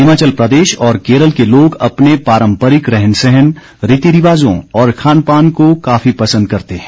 हिमाचल प्रदेश और केरल के लोग अपने पारम्परिक रहन सहन रिति रिवाजों और खान पान को काफी पसंद करते हैं